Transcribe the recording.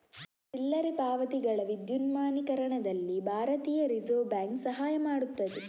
ಚಿಲ್ಲರೆ ಪಾವತಿಗಳ ವಿದ್ಯುನ್ಮಾನೀಕರಣದಲ್ಲಿ ಭಾರತೀಯ ರಿಸರ್ವ್ ಬ್ಯಾಂಕ್ ಸಹಾಯ ಮಾಡುತ್ತದೆ